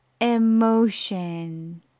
Emotion